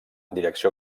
direcció